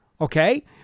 okay